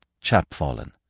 chapfallen